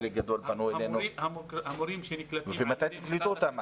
מתי תקלטו אותם?